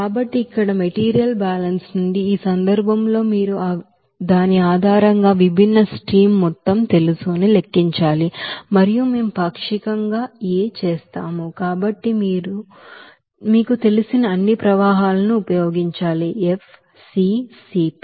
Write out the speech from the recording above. కాబట్టి ఇక్కడ material balance నుండి ఈ సందర్భంలో మీరు దాని ఆధారంగా విభిన్న స్ట్రీమ్ మొత్తం తెలుసు అని లెక్కించాలి మరియు మేము పాక్షికంగా A చేసాము కాబట్టి మీకు తెలిసిన అన్ని ప్రవాహాలను ఉపయోగించాలి F C Cp